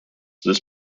this